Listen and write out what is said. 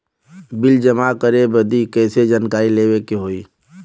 Bill जमा करे बदी कैसे जानकारी लेवे के होई?